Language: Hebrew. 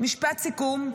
משפט סיכום.